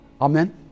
Amen